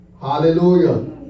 Hallelujah